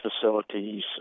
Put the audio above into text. facilities